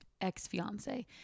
ex-fiance